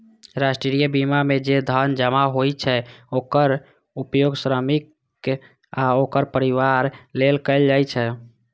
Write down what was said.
राष्ट्रीय बीमा मे जे धन जमा होइ छै, ओकर उपयोग श्रमिक आ ओकर परिवार लेल कैल जाइ छै